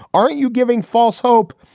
aren't you giving false hope?